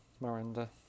Miranda